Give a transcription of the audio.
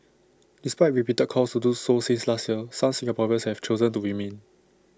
despite repeated calls to do so since last year some Singaporeans have chosen to remain